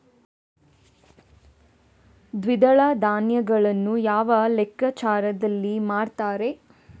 ದ್ವಿದಳ ಧಾನ್ಯಗಳನ್ನು ಯಾವ ಲೆಕ್ಕಾಚಾರದಲ್ಲಿ ಮಾರ್ತಾರೆ?